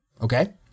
Okay